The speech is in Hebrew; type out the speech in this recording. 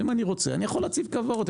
אם אני רוצה אני יכול להציב כוורות.